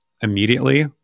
immediately